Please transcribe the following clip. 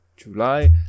July